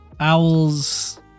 owls